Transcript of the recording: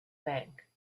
bank